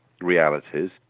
realities